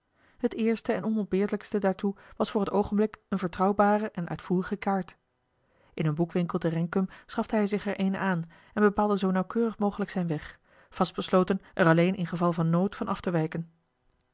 t eerste en onontbeerlijkste daartoe was voor het oogenblik eene vertrouwbare en uitvoerige kaart in een boekwinkel te renkum schafte hij zich er eene aan en bepaalde zoo nauwkeurig mogelijk zijn weg vast besloten er alleen in geval van nood van af te wijken